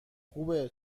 خوبه